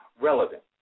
relevant